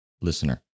listener